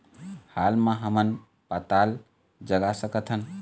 हाल मा हमन पताल जगा सकतहन?